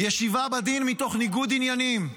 ישיבה בדין מתוך ניגוד עניינים,